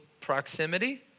proximity